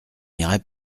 irait